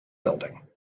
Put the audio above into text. building